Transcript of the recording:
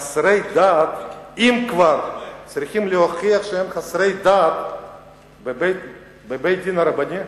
חסרי דת צריכים להוכיח שהם חסרי דת בבית-דין רבני?